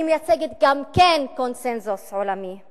אני מייצגת גם קונסנזוס עולמי.